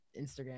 Instagram